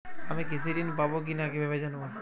আমি কৃষি ঋণ পাবো কি না কিভাবে জানবো?